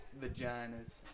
vaginas